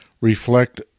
reflect